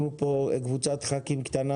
אנחנו פה קבוצת ח"כים קטנה,